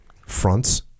fronts